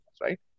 right